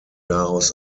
daraus